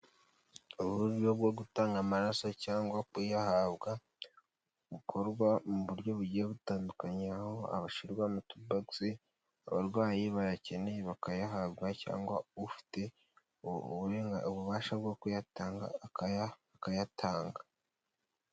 Uburyo bwo gutanga amaraso cyangwa kuyahabwa bukorwa mu buryo bugiye butandukanye aho abashinrwa mu tubogisi abarwayi bayakeneye bakayahabwa cyangwa ufite ubu ububasha bwo kuyatanga akayatanga.